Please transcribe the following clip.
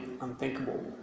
unthinkable